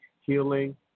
healing